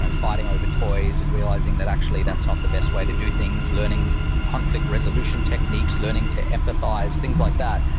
fighting over toys and realizing that actually that's not the best way to do things, learning conflict resolution techniques, learning to empathize, things like that.